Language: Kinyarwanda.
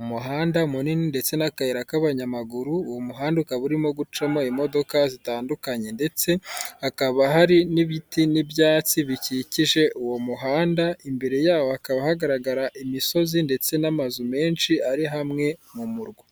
umuhanda munini ndetse n'akayira k'abanyamaguru, uwo muhanda ukaba urimo gucamo imodoka zitandukanye ndetse hakaba hari n'ibiti n'ibyatsi bikikije uwo muhanda, imbere yawo hakaba hagaragara imisozi ndetse n'amazu menshi ari hamwe mu murwa.